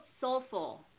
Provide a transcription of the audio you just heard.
soulful